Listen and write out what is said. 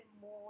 more